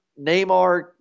Neymar